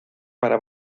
para